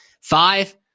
five